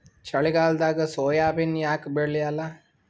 ಚಳಿಗಾಲದಾಗ ಸೋಯಾಬಿನ ಯಾಕ ಬೆಳ್ಯಾಲ?